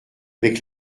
avec